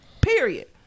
period